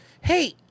hey